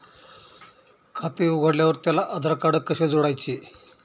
खाते उघडल्यावर त्याला आधारकार्ड कसे जोडायचे?